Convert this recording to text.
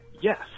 yes